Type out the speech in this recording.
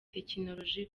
tekinoloji